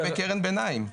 יהיה בקרן ביניים.